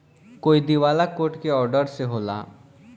कोई दिवाला कोर्ट के ऑर्डर से होला